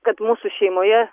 kad mūsų šeimoje